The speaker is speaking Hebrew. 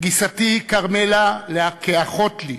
גיסתי כרמלה, כאחות לי,